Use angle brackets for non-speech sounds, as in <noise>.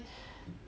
<breath>